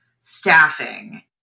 staffing